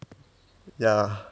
ya